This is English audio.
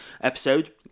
Episode